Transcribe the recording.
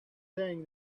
saying